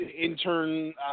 Intern